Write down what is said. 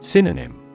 Synonym